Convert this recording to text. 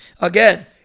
Again